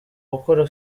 gukora